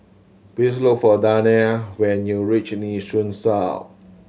please look for Dayna when you reach Nee Soon South